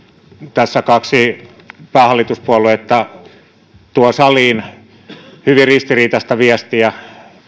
tässä kaksi päähallituspuoluetta tuo saliin hyvin ristiriitaista viestiä